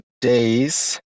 days